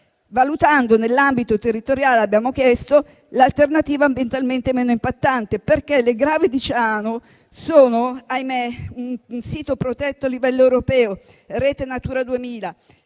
Valutandone l'ambito territoriale, abbiamo chiesto l'alternativa ambientalmente meno impattante, perché le Grave di Ciano sono un sito protetto a livello europeo: Rete Natura 2000,